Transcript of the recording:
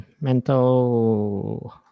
mental